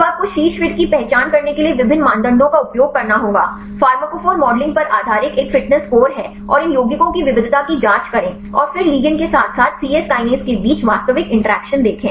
तो आपको शीर्ष फिट की पहचान करने के लिए विभिन्न मानदंडों का उपयोग करना होगा फ़ार्माकोफ़ोर मॉडलिंग पर आधारित एक फिटनेस स्कोर है और इन यौगिकों की विविधता की जांच करें और फिर लिगैंड के साथ साथ सी यस काइनेज के बीच वास्तविक इंटरैक्ट देखें